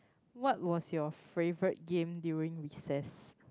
what was your favourite game during recess